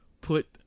put